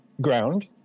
ground